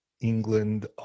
England